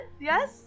yes